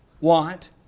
want